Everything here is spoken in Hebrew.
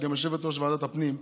שהיא גם יושבת-ראש ועדת הפנים,